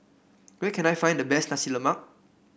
where can I find the best Nasi Lemak